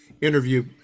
interview